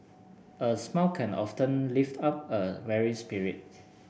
a smile can often lift up a weary spirit